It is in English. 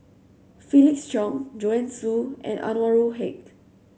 Felix Cheong Joanne Soo and Anwarul Haque